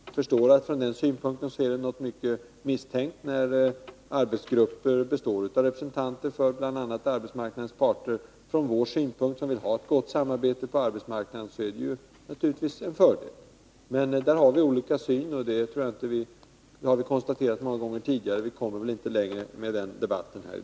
Jag förstår att ni utifrån denna synpunkt tycker att det är mycket misstänkt att arbetsgrupper består av representanter för bl.a. arbetsmarknadens parter. Vi som vill ha ett gott samarbete på arbetsmarknaden tycker naturligtvis att det är en fördel med sådana arbetsgrupper. Vi har olika syn på detta. Det har vi konstaterat många gånger tidigare, och vi kommer väl inte längre i debatten i dag.